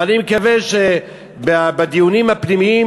ואני מקווה שבדיונים הפנימיים